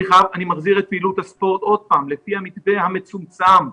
אני מחזיר את פעילות הספורט לפי המתווה המצומצם.